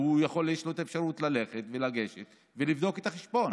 ויש לו אפשרות ללכת ולגשת ולבדוק את החשבון.